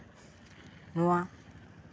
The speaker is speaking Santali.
ᱱᱚᱣᱟ